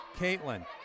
Caitlin